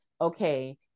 okay